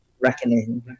reckoning